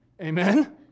Amen